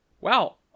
wow